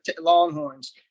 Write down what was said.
Longhorns